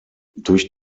durch